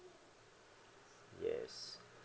yes